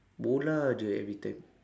bola sahaja every time